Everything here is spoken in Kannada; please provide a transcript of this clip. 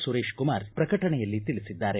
ಸುರೇಶ್ಕುಮಾರ್ ಪ್ರಕಟನೆಯಲ್ಲಿ ತಿಳಿಸಿದ್ದಾರೆ